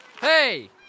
Hey